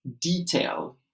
detail